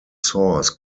source